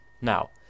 Now